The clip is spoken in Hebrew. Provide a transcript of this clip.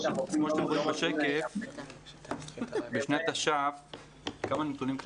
אז כמו שאתם רואים בשקף בשנת תש"ף עבדו